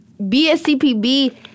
BSCPB